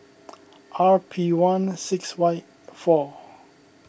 R P one six Y four